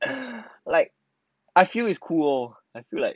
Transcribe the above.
like I feel is cool lor I feel like